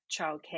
childcare